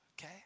okay